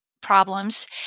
problems